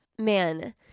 Man